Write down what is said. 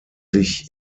sich